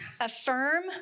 affirm